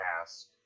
ask